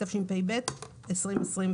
התשפ"ב-2022.